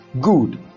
good